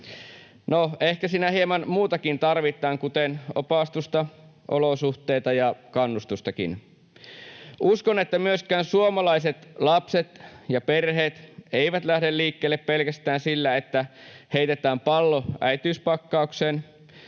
ehkä siinä hieman muutakin tarvitaan, kuten opastusta, olosuhteita ja kannustustakin. Uskon, että myöskään suomalaiset lapset ja perheet eivät lähde liikkeelle pelkästään sillä, että heitetään pallo äitiyspakkaukseen.